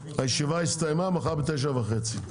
הישיבה הסתיימה, מחר ב-09:30.